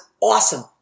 awesome